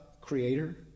creator